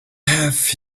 have